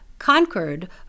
conquered